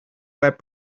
web